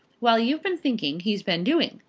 while you've been thinking he's been doing.